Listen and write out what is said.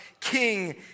King